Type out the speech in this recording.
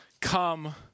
come